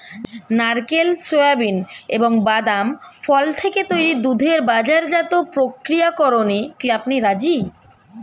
নারকেল, সোয়াবিন এবং বাদাম ফল থেকে তৈরি দুধের বাজারজাত প্রক্রিয়াকরণে কি আপনি রাজি?